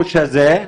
בבקשה.